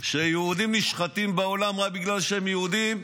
שיהודים נשחטים בעולם רק בגלל שהם יהודים,